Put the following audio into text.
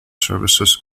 services